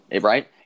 Right